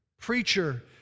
preacher